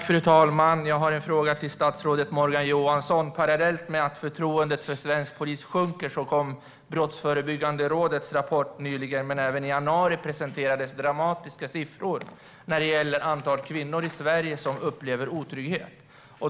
Fru talman! Jag har en fråga till statsrådet Morgan Johansson. Parallellt med att förtroendet för svensk polis sjunker kom nyligen Brottsförebyggande rådets rapport, och i januari presenterades dramatiska siffror gällande antalet kvinnor i Sverige som upplever otrygghet.